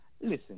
listen